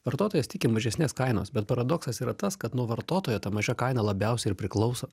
vartotojas tiki mažesnės kainos bet paradoksas yra tas kad nu vartotojo ta maža kaina labiausiai ir priklauso